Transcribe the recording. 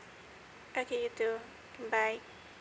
okay you too mm bye